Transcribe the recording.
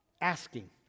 asking